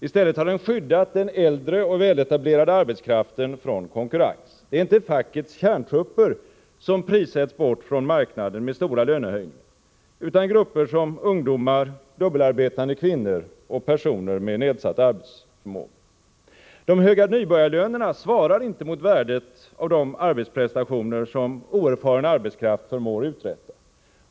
I stället har den skyddat den äldre och väletablerade arbetskraften från konkurrens. Det är inte fackets kärntrupper som med stora lönehöjningar prissätts bort från marknaden, utan det är grupper som ungdomar, dubbelarbetande kvinnor och personer med nedsatt arbetsförmåga. De höga nybörjarlönerna svarar inte mot värdet av de arbetsprestationer som oerfaren arbetskraft förmår uträtta.